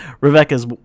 Rebecca's